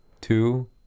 two